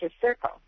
circle